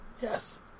Yes